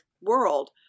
world